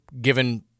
given